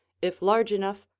if large enough,